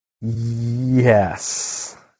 Yes